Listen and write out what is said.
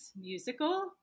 musical